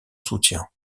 soutien